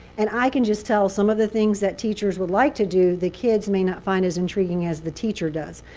and i can just tell some of the things that teachers would like to do, the kids may not find as intriguing as the teacher does.